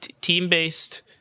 team-based